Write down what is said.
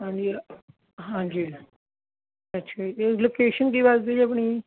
ਹਾਂਜੀ ਹਾਂਜੀ ਅੱਛਾ ਜੀ ਲੋਕੇਸ਼ਨ ਕੀ ਵਜਦੀ ਜੀ ਆਪਣੀ ਜੀ